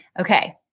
Okay